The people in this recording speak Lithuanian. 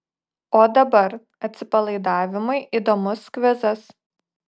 o dabar atsipalaidavimui įdomus kvizas